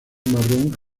marrón